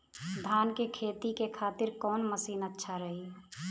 धान के खेती के खातिर कवन मशीन अच्छा रही?